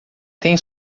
tem